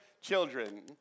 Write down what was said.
children